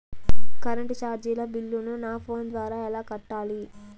Current చార్జీల బిల్లును, నా ఫోను ద్వారా ఎలా కట్టాలి?